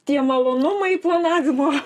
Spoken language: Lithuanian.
tie malonumai planavimo